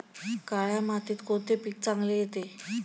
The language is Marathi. काळ्या मातीत कोणते पीक चांगले येते?